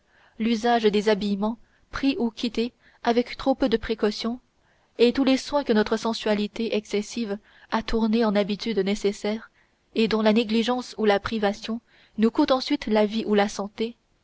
l'usage des habillements pris ou quittés avec trop peu de précaution et tous les soins que notre sensualité excessive a tournés en habitudes nécessaires et dont la négligence ou la privation nous coûte ensuite la vie ou la santé